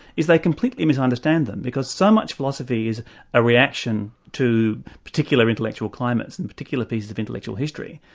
is they completely misunderstand them, because so much philosophy is a reaction to particular intellectual climates and particular pieces of intellectual history,